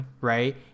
right